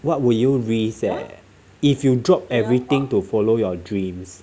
what would you risk leh if you drop everything to follow your dreams